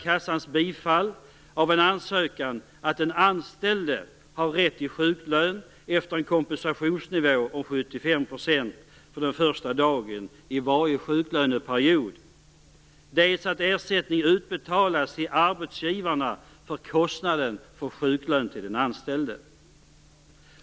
Kassans bifall av en ansökan innebär dels att den anställde har rätt till sjuklön efter en kompensationsnivå på 75 % för den första dagen i varje sjuklöneperiod, dels att ersättning utbetalas till arbetsgivaren för kostnaden för sjuklön till den anställde.